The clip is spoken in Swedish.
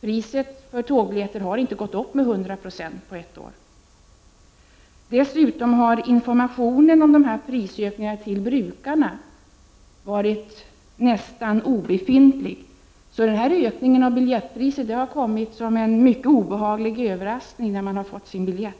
Priset på tågbiljetter har inte gått upp med 100 96 på ett år! Dessutom har informationen om dessa prisökningar till de enskilda brukarna varit nästan obefintlig, så denna ökning av biljettpriset har kommit som en mycket obehaglig överraskning när de fått sin biljett.